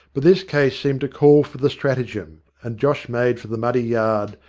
but this case seemed to call for the stratagem, and josh made for the muddy yard,